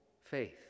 faith